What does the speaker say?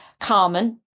common